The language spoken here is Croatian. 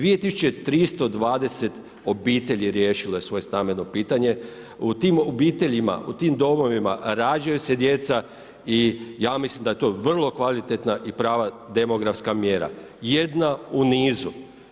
2320 obitelji riješilo je svoje stambeno pitanje, u tim obiteljima, u tim domovima rađaju se djeca i ja mislim da je to vrlo kvalitetna i prava demografska mjera, jedna u nizu.